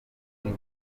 nk’i